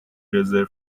رزرو